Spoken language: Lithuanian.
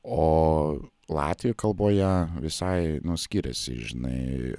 o latvių kalboje visai nu skiriasi žinai